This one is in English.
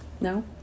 no